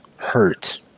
Hurt